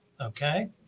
okay